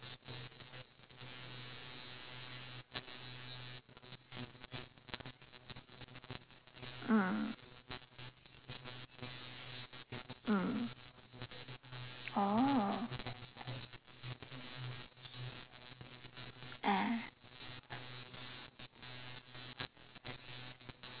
mm mm oh ah